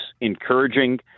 encouraging